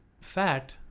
fat